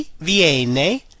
viene